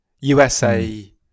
usa